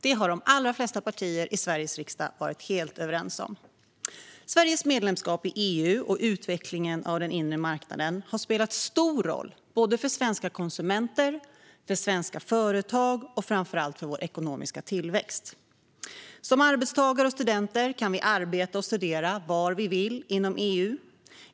Detta har de allra flesta partier i Sveriges riksdag varit helt överens om. Sveriges medlemskap i EU och utvecklingen av den inre marknaden har spelat stor roll både för svenska konsumenter, för svenska företag och framför allt för vår ekonomiska tillväxt. Som arbetstagare och studenter kan vi arbeta och studera var vi vill inom EU.